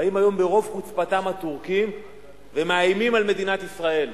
באים היום ברוב חוצפתם הטורקים ומאיימים על מדינת ישראל,